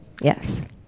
Yes